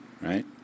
Right